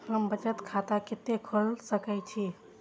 हम बचत खाता कते खोल सके छी?